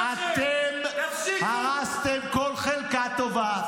אתם הרסתם כל חלקה טובה.